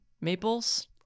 maples